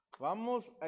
Vamos